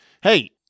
Hey